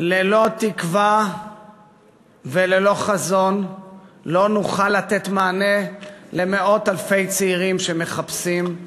ללא תקווה וללא חזון לא נוכל לתת מענה למאות אלפי צעירים שמחפשים מקום,